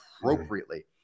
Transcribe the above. appropriately